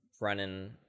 running